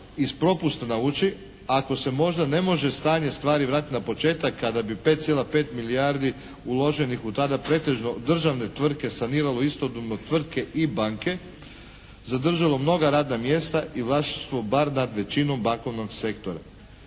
propusta nauči. Ako se možda ne može stanje stvari vratiti na početak kada bi 5,5 milijardi uloženih u tada pretežno državne tvrtke saniralo istodobno tvrtke i banke zadržalo mnoga radna mjesta i vlasništvo bar nad većinom bankovnog sektora.